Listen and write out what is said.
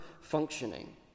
functioning